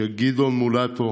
גדעון מולטו